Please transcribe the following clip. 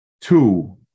Two